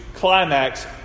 climax